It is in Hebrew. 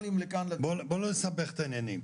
--- בוא לא נסבך את העניינים,